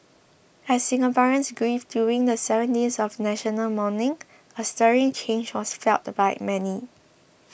as Singaporeans grieved during the seven days of national mourning a stirring change was felt by many